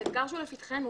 זה אתגר שהוא לפתחנו.